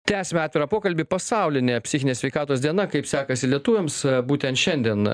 tęsiame atvirą pokalbį pasaulinė psichinės sveikatos diena kaip sekasi lietuviams būtent šiandien